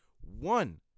one